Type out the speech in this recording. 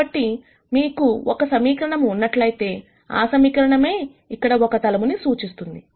కాబట్టి నీకు ఒక సమీకరణ ఉన్నట్లయితే ఆ సమీకరణమే ఇక్కడ ఒక తలముని సూచిస్తుంది